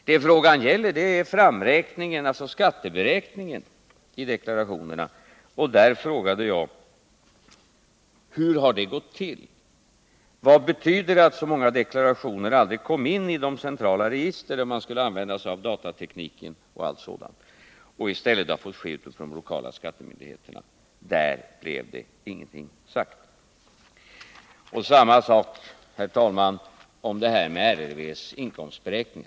Det frågan gäller är framräkningen, alltså skatteberäkningen, i deklarationerna. Jag frågade: Hur har det gått till? Vad betyder det att så många deklarationer aldrig kom in i de centrala register där man skulle använda sig av datateknik och att arbetet i stället har fått utföras på de lokala skattemyndigheterna? Men därom blev ingenting sagt. Samma sak, herr talman, är det med RRV:s inkomstberäkning.